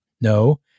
no